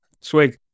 Swig